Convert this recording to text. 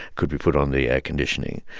could we put on the air conditioning?